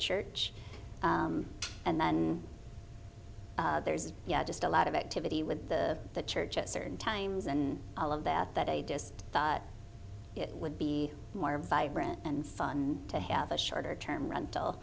church and then there's just a lot of activity with the the church at certain times and all of that that i just thought it would be more vibrant and fun to have a shorter term rental